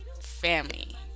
family